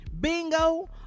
bingo